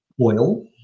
oil